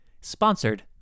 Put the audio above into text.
Sponsored